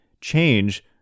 change